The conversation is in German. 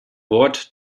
wort